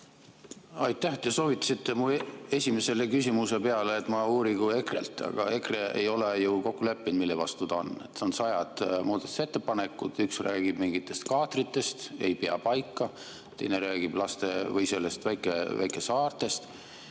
Aitäh! Te soovitasite mu esimese küsimuse peale, et ma uurigu EKRE-lt, aga EKRE ei ole ju kokku leppinud, mille vastu ta on. Tal on sajad muudatusettepanekud, üks räägib mingitest kaatritest, ei pea paika, teine räägib väikesaartest.